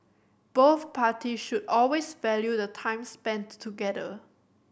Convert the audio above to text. both parties should always value the time spent together